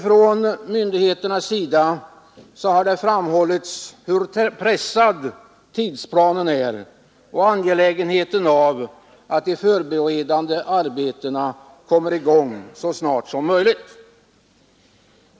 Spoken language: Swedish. Från myndigheternas sida har det framhållits hur pressad tidsplanen är och hur angeläget det är att de förberedande arbetena kommer i gång så snart som möjligt.